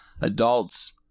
Adults